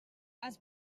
els